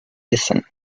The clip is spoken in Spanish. besan